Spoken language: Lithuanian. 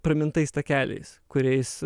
pramintais takeliais kuriais